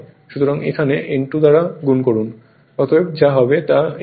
সুতরাং এখানে N2 দ্বারা গুণ করুন